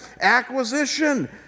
acquisition